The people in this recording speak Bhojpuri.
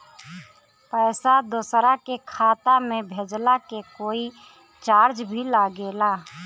पैसा दोसरा के खाता मे भेजला के कोई चार्ज भी लागेला?